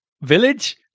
village